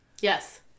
Yes